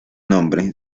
nombre